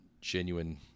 genuine